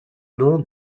nom